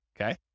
okay